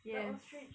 that ostrich